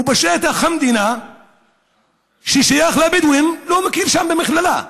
ובשטח המדינה ששייך לבדואים לא מקים שמה מכללה?